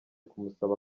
kumusaba